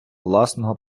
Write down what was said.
власного